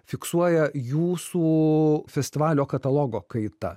fiksuoja jūsų festivalio katalogo kaita